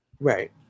Right